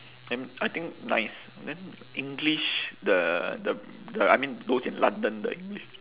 then I think nice then english the the the I mean those in london the english